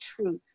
truth